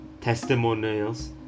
testimonials